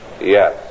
Yes